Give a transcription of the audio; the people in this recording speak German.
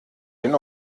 den